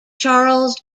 charles